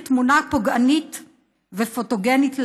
כתמונה פוגענית ופוטוגנית,